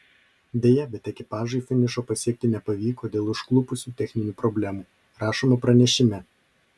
deja bet ekipažui finišo pasiekti nepavyko dėl užklupusių techninių problemų rašoma pranešime